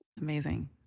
Amazing